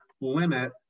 limit